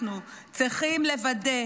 אנחנו צריכים לוודא,